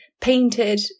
painted